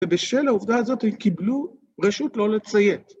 ובשל העובדה הזאת הם קיבלו רשות לא לציית.